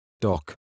Doc